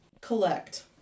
Collect